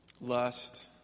Lust